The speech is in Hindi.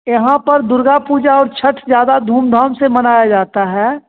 यहाँ पर दुर्गा पूजा और छठ ज़्यादा धूमधाम से मनाया जाता है